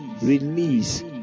release